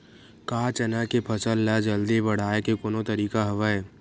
का चना के फसल ल जल्दी बढ़ाये के कोनो तरीका हवय?